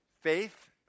Faith